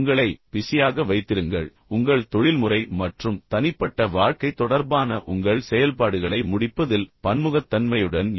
எனவே உங்களை பிஸியாக வைத்திருங்கள் உங்கள் தொழில்முறை மற்றும் தனிப்பட்ட வாழ்க்கை தொடர்பான உங்கள் செயல்பாடுகளை முடிப்பதில் பன்முகத்தன்மையுடன் இருங்கள்